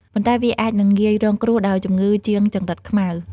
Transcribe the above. ប៉ុន្តែ វាអាចនឹងងាយរងគ្រោះដោយជំងឺជាងចង្រិតខ្មៅ។